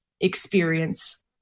experience